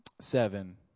seven